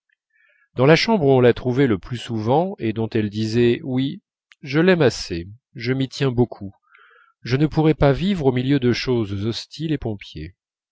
dans la chambre où on la trouvait le plus souvent et dont elle disait oui je l'aime assez je m'y tiens beaucoup je ne pourrais pas vivre au milieu de choses hostiles et pompier